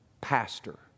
pastor